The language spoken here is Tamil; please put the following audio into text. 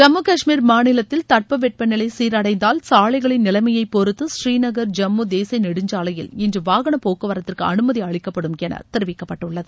ஜம்மு கஷ்மீர் மாநிலத்தில் தட்பவெப்பநிலை சீரடைந்தால் சாலைகளின் நிலைமையைப் பொறுத்து ஸ்ரீநகர் ஜம்மு தேசிய நெடுஞ்சாலையில் இன்று வாகனப்போக்குவரத்துக்கு அனுமதி அளிக்கப்படும் என தெரிவிக்கப்பட்டுள்ளது